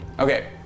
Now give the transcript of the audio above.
Okay